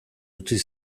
utzi